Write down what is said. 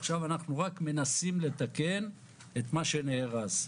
עכשיו אנחנו רק מנסים לתקן את מה שנהרס,